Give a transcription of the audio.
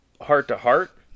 heart-to-heart